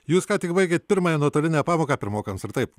jūs ką tik baigėt pirmąją nuotolinę pamoką pirmokams ar taip